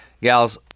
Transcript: gals